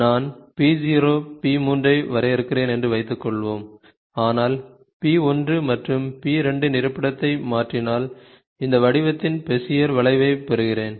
நான் p 0 p 3 ஐ வரையறுக்கிறேன் என்று வைத்துக்கொள்வோம் ஆனால் p 1 மற்றும் p 2 இன் இருப்பிடத்தை மாற்றினால் இந்த வடிவத்தின் பெசியர் வளைவைப் பெறுகிறேன்